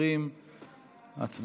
התש"ף 2020. הצבעה.